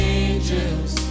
angels